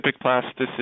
plasticity